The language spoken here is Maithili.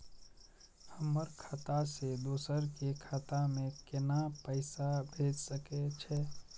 हमर खाता से दोसर के खाता में केना पैसा भेज सके छे?